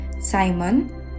Simon